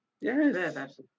Yes